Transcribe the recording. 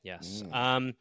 Yes